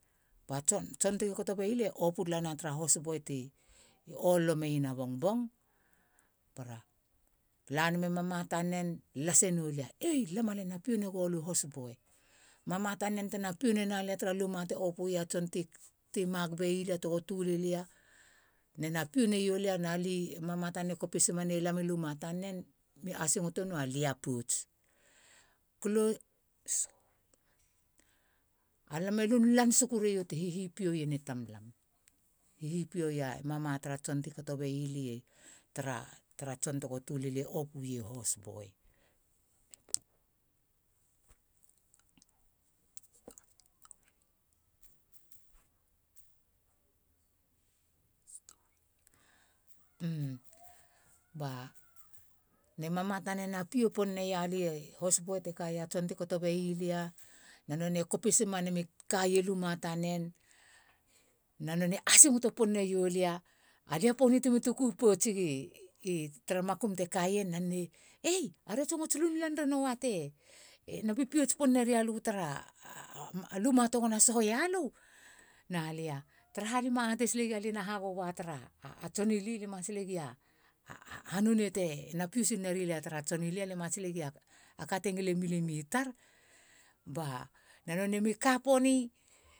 Ba tson tson tegi kato bei lia e opu talana i hos boi ti ololo meien a bongbong. Bara la name mama tanen lase noulia, ei lama lie na pio negi lö i hos boi. Mama tanen tena pio nena lia tara luma te opuia tson ti- ti mak beilia tego töli lia. Nena pio neou lia na li, mama tanen e kopisima ne lami luma tanen, mi asingoto nou alia pouts. a lame lunlan suku raiou ti hihipiou ien i tamlam. Hihipio ia mama tara tson ti kato bei lie tara tson tego töli lia e opu ii hosboi. ne mama tanen na pio pon nei lia i hosboi tekaia tson ti kato bei lia, na nonei e kopisima nemi kaia i luma tanen, na nonei asingoto pon naiou lia. A lia poni timi tuku poutsigi i tara makum te kaien na nonei, ei are songots lunlan renou te na pipio pon neroa lö tara luma tegona sohoia lö. Na lia, taraha lia ma atei silegi alia na ha gou tara tson ili, alia ma atei silegi a hanonei tena pio sil nari lia tara tson ili. A lia ma atei silegi a ka te ngile milimio i tar. Ba na nonei mi ka poni